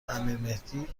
امیرمهدی